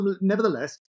nevertheless